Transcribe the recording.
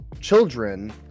children